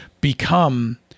become